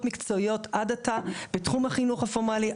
מקצועיות עד עתה בתחום החינוך הפורמלי,